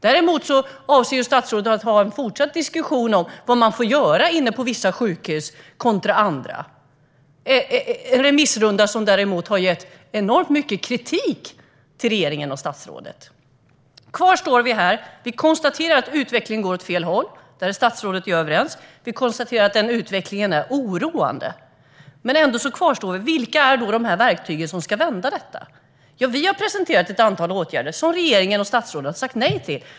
Däremot avser ju statsrådet att fortsätta diskussionen om vad man får göra på vissa sjukhus kontra andra - en remissrunda som däremot har gett enormt mycket kritik till regeringen och statsrådet. Kvar står vi här och konstaterar att utvecklingen går åt fel håll - där är statsrådet och jag överens. Vi konstaterar att utvecklingen är oroande. Men frågan kvarstår: Vilka är verktygen som ska vända detta? Vi har presenterat ett antal åtgärder som regeringen och statsrådet har sagt nej till.